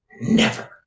Never